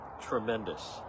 tremendous